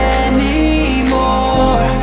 anymore